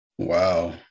Wow